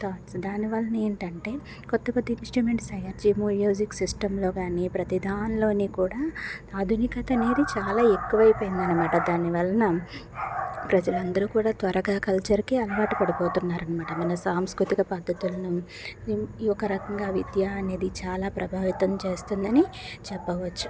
thoughts దాని వలన ఏంటంటే కొత్త కొత్త ఇన్స్ట్రుమెంట్స్ తయారు చేసి మ్యూజిక్లో కానీ ప్రతి దానిలోని కూడా ఆధునికత అనేది చాలా ఎక్కువ అయిపోయింది అనమాట దానివలన ప్రజలందరూ కూడా త్వరగా కల్చర్కి అలవాటు పడిపోతున్నారు అనమాట మన సాంస్కృతిక పద్ధతులను ఈ ఒక రకంగా విద్య అనేది చాలా ప్రభావితం చేస్తుందని చెప్పవచ్చు